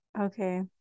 okay